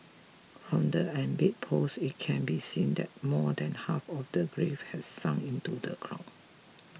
from the embedded post it can be seen that more than half of the grave had sunk into the ground